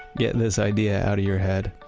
get this idea out of your head.